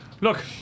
Look